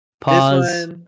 pause